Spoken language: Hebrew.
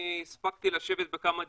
הספקתי לשבת בכמה דיונים.